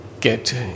get